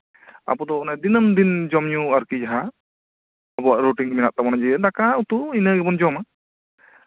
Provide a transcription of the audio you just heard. ᱟᱵᱚ ᱫᱚ ᱚᱱᱮ ᱫᱤᱱᱟᱹᱢ ᱫᱤᱱ ᱡᱚᱢᱼᱹᱩ ᱟᱨᱠᱤ ᱡᱟᱦᱟᱸ ᱟᱵᱚᱣᱟᱜ ᱨᱩᱴᱤᱱ ᱢᱮᱱᱟᱜ ᱛᱟᱵᱚᱱᱟ ᱡᱮ ᱫᱟᱠᱟ ᱩᱛᱩ ᱡᱟᱦᱟᱸ ᱜᱮᱵᱚᱱ ᱡᱚᱢᱟ